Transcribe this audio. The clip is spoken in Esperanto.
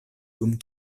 dum